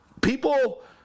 people